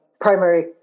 primary